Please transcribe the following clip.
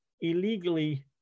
illegally